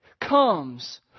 comes